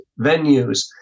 venues